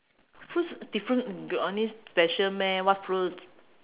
fruits different got any special meh what fruits